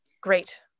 Great